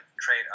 trade